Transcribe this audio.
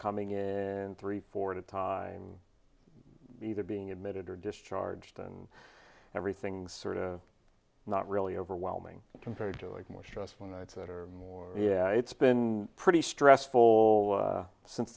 coming in and three four to tie either being admitted or discharged and everything sort of not really overwhelming compared to like more stressful nights that are more yeah it's been pretty stressful since